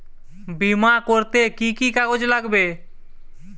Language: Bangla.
বিমা করতে কি কি কাগজ লাগবে?